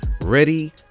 ready